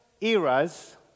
eras